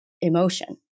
emotion